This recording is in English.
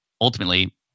ultimately